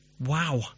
Wow